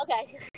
Okay